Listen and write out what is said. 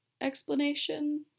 explanation